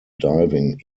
diving